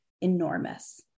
enormous